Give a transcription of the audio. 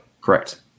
correct